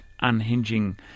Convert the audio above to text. unhinging